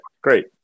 Great